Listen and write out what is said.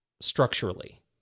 structurally